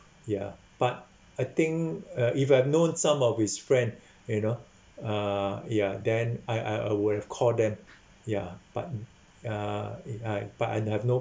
ya but I think uh if I've known some of his friend you know uh ya then I I I would have called them ya but n~ uh I I but I have no